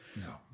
No